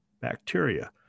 Bacteria